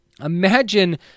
imagine